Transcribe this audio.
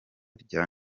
rya